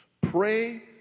Pray